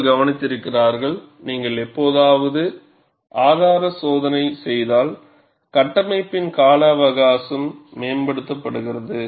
மக்கள் கவனித்திருக்கிறார்கள் நீங்கள் எப்போதாவது ஆதார சோதனை செய்தால் கட்டமைப்பின் காலா அவகாசம் மேம்படுத்தப்படுகிறது